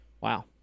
Wow